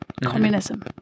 communism